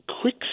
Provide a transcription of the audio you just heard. quick